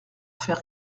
faire